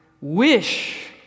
wish